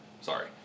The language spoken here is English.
Sorry